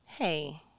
Hey